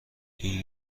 این